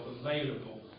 available